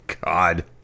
God